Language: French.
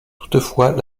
toutefois